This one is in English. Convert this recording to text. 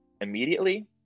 immediately